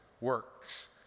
works